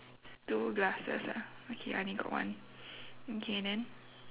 two glasses ah okay I only got one okay then